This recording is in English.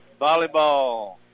volleyball